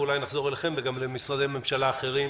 אולי נחזור אליכם ולמשרדי ממשלה אחרים.